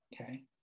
Okay